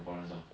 ya